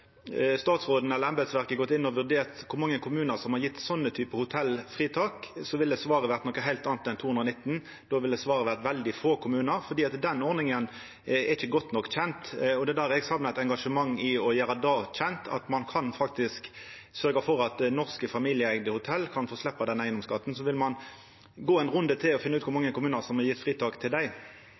statsråden eller embetsverket gått inn og vurdert kor mange kommunar som har gjeve slike typar hotell fritak, ville svaret vore noko heilt anna enn 219. Då ville svaret vore veldig få kommunar, for den ordninga er ikkje godt nok kjend. Det er der eg saknar eit engasjement i å gjera det kjent at ein faktisk kan sørgja for at norske familieeigde hotell kan få sleppa den eigedomsskatten. Så vil ein gå ein runde til og finna ut kor mange kommunar som har gjeve fritak til dei?